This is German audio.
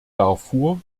darfur